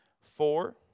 four